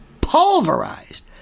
pulverized